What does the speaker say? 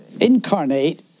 incarnate